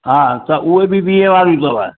हा त उहे बि वीह वारियूं अथव